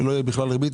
שלא יהיה בכלל ריבית?